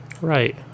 right